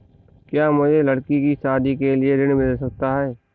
क्या मुझे लडकी की शादी के लिए ऋण मिल सकता है?